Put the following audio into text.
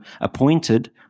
appointed